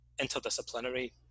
interdisciplinary